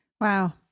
Wow